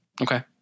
Okay